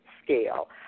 scale